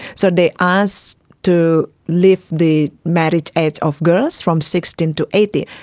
so they asked to lift the marriage age of girls from sixteen to eighteen.